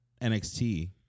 NXT